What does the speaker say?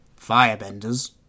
Firebenders